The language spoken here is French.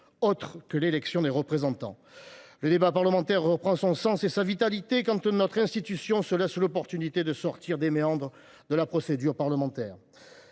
autres que l’élection de nos représentants. Le débat parlementaire reprend son sens et sa vitalité quand notre institution ménage des occasions de sortir des méandres de la procédure parlementaire.